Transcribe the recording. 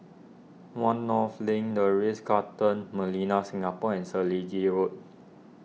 one North Link the Ritz Carlton Millenia Singapore and Selegie Road